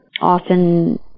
Often